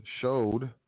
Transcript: showed